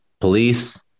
police